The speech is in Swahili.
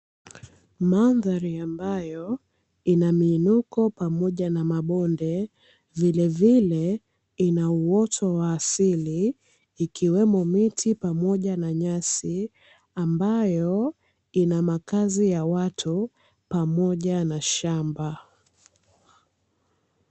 Mandhari ambayo ina miinuko pamoja na mabonde vile vile ina uoto wa asili ikiwemo miti pamoja na nyasi, ambayo ina makazi ya watu pamoja na shamba.